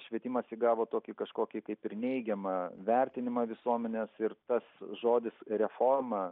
švietimas įgavo tokį kažkokį kaip ir neigiamą vertinimą visuomenės ir tas žodis reforma